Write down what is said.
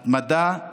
התמדה,